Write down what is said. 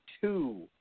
two